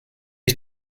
ich